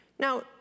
Now